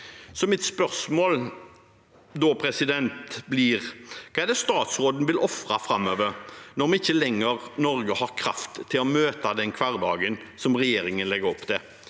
Mitt spørsmål blir da: Hva er det statsråden vil ofre framover når Norge ikke lenger har kraft til å møte den hverdagen regjeringen legger opp til?